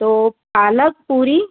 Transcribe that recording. तो पालक पूरी